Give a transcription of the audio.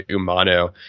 Umano